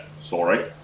sorry